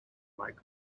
mike